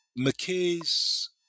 McKay's